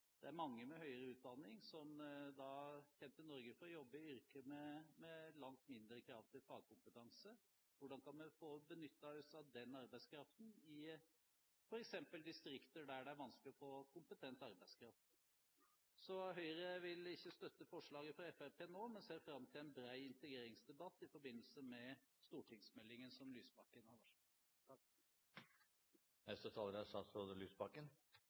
Det er mange med høyere utdanning som kommer til Norge for å jobbe i yrker med langt mindre krav til fagkompetanse. Hvordan kan vi få benyttet oss av den arbeidskraften i f.eks. distrikter der det er vanskelig å få kompetent arbeidskraft? Høyre vil ikke støtte forslaget fra Fremskrittspartiet nå, men ser fram til en bred integreringsdebatt i forbindelse med stortingsmeldingen som Lysbakken har